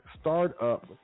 startup